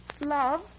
Love